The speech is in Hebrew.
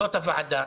זאת הוועדה.